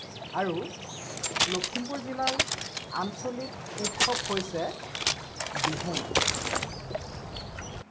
আৰু লখিমপুৰ জিলাৰ আঞ্চলিক উৎসৱ হৈছে বিহু